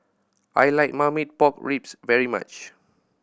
I like Marmite Pork Ribs very much